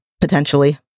potentially